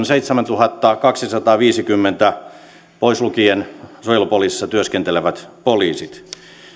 seitsemäntuhattakaksisataaviisikymmentä pois lukien suojelupoliisissa työskentelevät poliisit